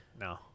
no